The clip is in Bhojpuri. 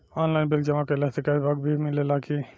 आनलाइन बिल जमा कईला से कैश बक भी मिलेला की?